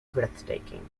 breathtaking